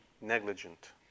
negligent